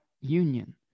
union